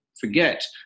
forget